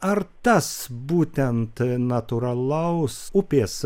ar tas būtent natūralaus upės